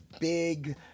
big